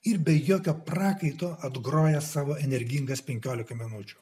ir be jokio prakaito groja savo energingas penkiolika minučių